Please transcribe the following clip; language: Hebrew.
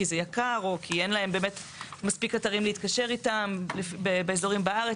כי זה יקר או כי אין להם באמת מספיק אתרים להתקשר איתם באזורים בארץ.